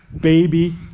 baby